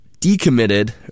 decommitted